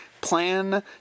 Plan